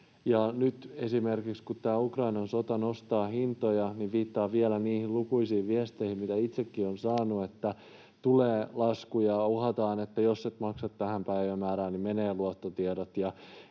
nyt esimerkiksi, kun tämä Ukrainan sota nostaa hintoja, niin viittaan vielä niihin lukuisiin viesteihin, mitä itsekin olen saanut, että tulee lasku ja uhataan, että jos et maksa tähän päivämäärään, niin menevät luottotiedot,